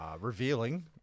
revealing